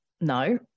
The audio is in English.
no